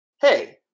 hey